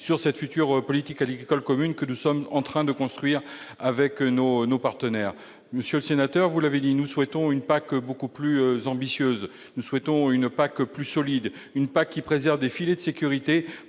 sur cette future politique agricole commune, que nous sommes en train de construire avec nos partenaires. Monsieur le sénateur, vous l'avez dit, nous souhaitons une PAC beaucoup plus ambitieuse, une PAC plus solide, une PAC qui préserve des filets de sécurité